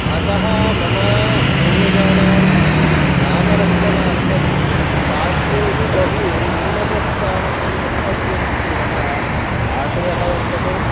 अतः मम पूर्वजानां नामरक्षणार्थं शास्त्रेषु बहु उन्नतस्थानं प्रति गन्तव्यम् इति मम आशयः वर्तते